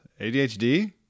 ADHD